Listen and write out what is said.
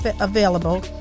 available